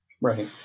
Right